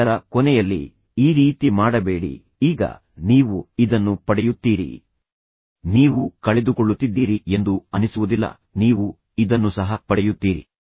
ಅದರ ಕೊನೆಯಲ್ಲಿ ಸರಿ ಈಗ ನೀವು ಈ ರೀತಿ ಮಾಡಬೇಡಿ ಆದ್ದರಿಂದ ಈಗ ನೀವು ಇದನ್ನು ಪಡೆಯುತ್ತೀರಿ ಆದರೆ ನೀವು ಇದನ್ನು ಕಳೆದುಕೊಳ್ಳುತ್ತಿದ್ದೀರಿ ಎಂದು ನಿಮಗೆ ಅನಿಸುವುದಿಲ್ಲ ನೀವು ಇದನ್ನು ಸಹ ಪಡೆಯುತ್ತೀರಿ